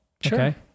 Sure